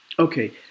Okay